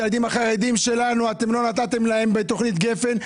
לילדים החרדים שלנו לא נתתם בתוכנית גפן.